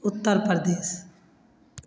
Uttar Pradesh